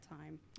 time